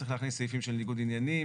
צריך להכניס סעיפים של ניגוד עניינים,